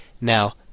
Now